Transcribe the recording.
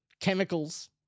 Chemicals